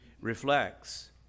reflects